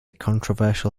controversial